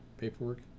paperwork